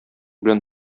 белән